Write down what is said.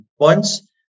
points